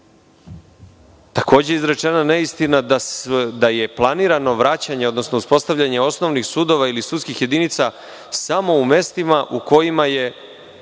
je izrečena neistina da je planirano vraćanje, odnosno uspostavljanje osnovnih sudova ili sudskih jedinica samo u mestima u kojima je